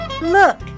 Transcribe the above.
Look